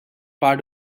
part